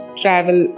travel